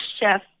chef